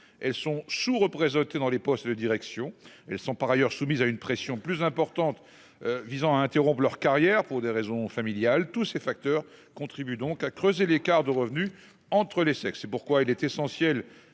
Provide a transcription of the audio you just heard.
Elles sont sous-représentées dans les postes de direction. Elles sont par ailleurs soumises à une pression plus importante visant à interrompre leur carrière pour des raisons familiales. Tous ces facteurs contribuent donc à creuser l'écart de revenus entre les sexes. C'est pourquoi il est essentiel